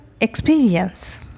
experience